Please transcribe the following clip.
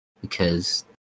Because-